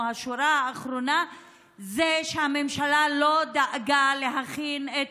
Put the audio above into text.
השורה התחתונה היא שהממשלה לא דאגה להכין את